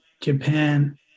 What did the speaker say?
Japan